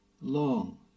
long